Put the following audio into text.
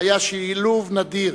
היה שילוב נדיר